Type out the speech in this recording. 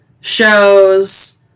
shows